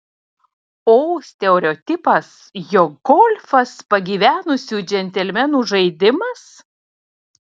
o stereotipas jog golfas pagyvenusių džentelmenų žaidimas